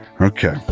Okay